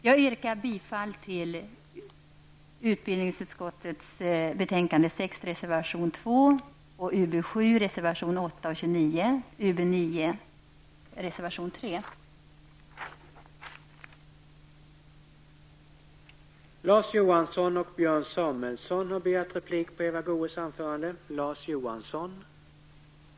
Jag yrkar bifall till reservation 2 i betänkandet nr 6, till reservationerna 8 och 13 i betänkandet nr 7 och till reservation 3 i betänkandet nr 9.